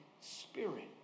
spirit